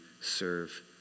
serve